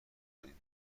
کنیم